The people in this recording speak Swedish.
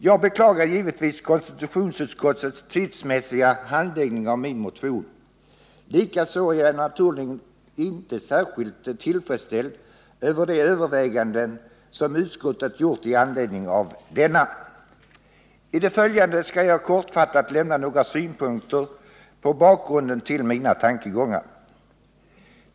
Jag beklagar givetvis själva tidpunkten för konstitutionsutskottets handläggning av min motion. Likaså är jag naturligtvis inte särskilt tillfredsställd över de överväganden som utskottet gjort med anledning av denna. I det följande skall jag kortfattat lämna några synpunkter på bakgrunden till mina tankegångar.